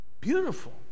Beautiful